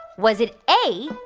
was it a,